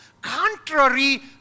contrary